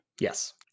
Yes